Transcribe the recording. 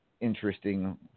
interesting